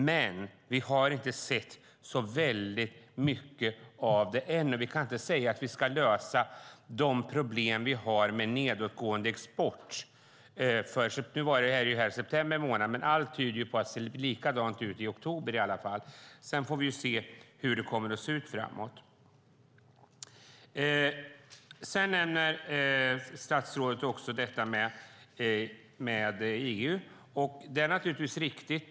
Men vi har inte sett så mycket av det än, och vi kan inte säga att vi ska lösa de problem vi har med en nedåtgående export. Nu gällde detta september månad, men allt tyder på att det ser likadant ut i oktober i alla fall. Sedan får vi se hur det kommer att se ut framöver. Det som statsrådet sade om EU är naturligtvis riktigt.